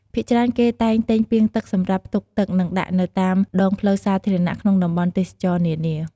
ភាគច្រើនគេតែងទិញពាងទឹកសម្រាប់ផ្ទុកទឹក និងដាក់នៅតាមដងផ្លូវសាធារណៈក្នុងតំបន់ទេសចរណ៍នានា។